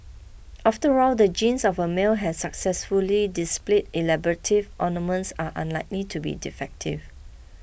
after all the genes of a male has successfully displays elaborate ornaments are unlikely to be defective